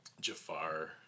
Jafar